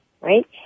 right